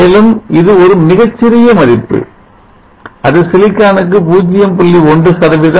மேலும் இது ஒரு மிகச்சிறிய மதிப்பு அது சிலிக்கானுககு 0